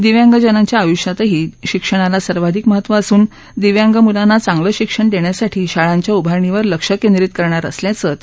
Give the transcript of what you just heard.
दिव्यांगजनांच्या आय्ष्यातही शिक्षणाला सर्वाधिक महत्व असून दिव्यांग मुलांना चांगलं शिक्षण देण्यासाठी शाळांच्या उभारणीवर लक्ष केंद्रीत करणार असल्याचंही ते म्हणाले